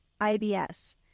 IBS